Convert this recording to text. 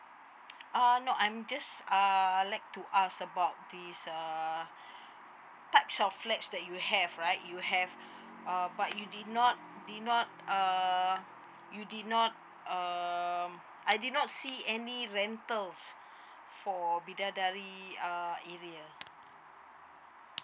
ah no uh I'm just uh like to ask about this err types of flats that you have right you have uh but you did not did not err you did not um I did not see any rentals for bidadari uh area